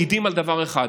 מעיד על דבר אחד: